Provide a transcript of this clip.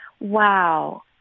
Wow